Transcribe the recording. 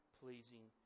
pleasing